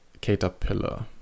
Caterpillar